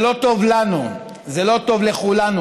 זה לא טוב לנו, זה לא טוב לכולנו,